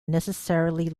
necessarily